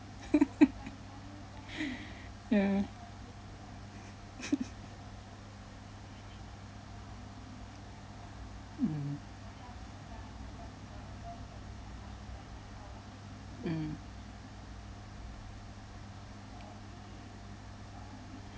ya mm mm